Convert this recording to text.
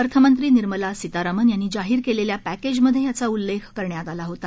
अर्थमंत्री निर्मला सीतारामन यांनी जाहीर केलेल्या पक्रिमध्ये याचा उल्लेख करण्यात आला होता